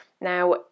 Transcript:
Now